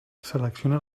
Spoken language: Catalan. selecciona